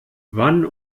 wann